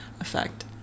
effect